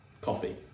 coffee